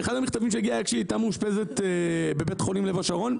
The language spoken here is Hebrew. ואחד המכתבים הגיע כשהיא הייתה מאושפזת בבית חולים לב השרון.